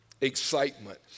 excitement